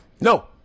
No